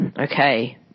okay